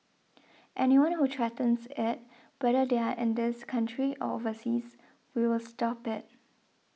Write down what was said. anyone who threatens it whether they are in this country or overseas we will stop it